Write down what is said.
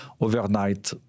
overnight